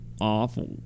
awful